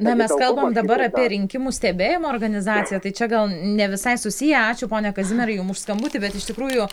na mes kalbam dabar apie rinkimų stebėjimo organizaciją tai čia gal ne visai susiję ačiū pone kazimierai jum už skambutį bet iš tikrųjų